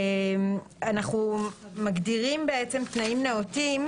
אנחנו בעצם מגדירים תנאים נאותים,